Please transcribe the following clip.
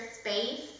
space